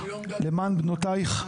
למען בנותייך,